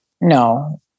No